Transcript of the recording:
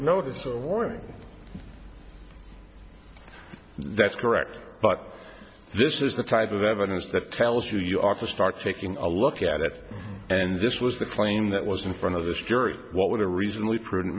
notice or warning that's correct but this is the type of evidence that tells you you ought to start taking a look at it and this was the claim that was in front of this jury what would a reasonably prudent